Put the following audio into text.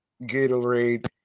Gatorade